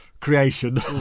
creation